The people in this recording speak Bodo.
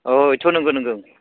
औ इथ' नंगौ नंगौ